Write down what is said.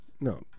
No